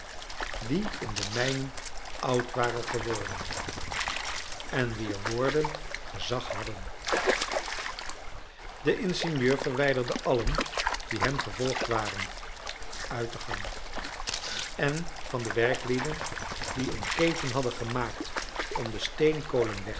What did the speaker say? die in de mijnen oud waren geworden en wier woorden gezag hadden de ingenieur verwijderde allen die hem gevolgd waren uit de gang en van de werklieden die een keten hadden gemaakt om de steenkolen weg